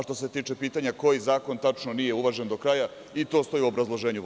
Što se tiče pitanja koji zakon tačno nije uvažen do kraja, i to stoji u obrazloženju Vlade.